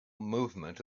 movement